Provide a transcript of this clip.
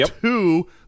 two